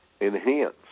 enhance